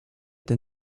than